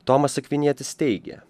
tomas akvinietis teigia